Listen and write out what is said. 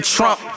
Trump